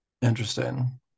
Interesting